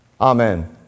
Amen